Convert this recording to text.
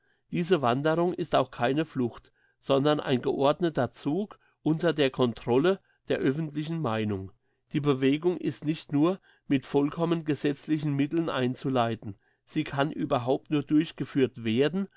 diese wanderung ist auch keine flucht sondern ein geordneter zug unter der controle der öffentlichen meinung die bewegung ist nicht nur mit vollkommen gesetzlichen mitteln einzuleiten sie kann überhaupt nur durchgeführt werden